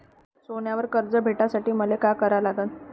सोन्यावर कर्ज भेटासाठी मले का करा लागन?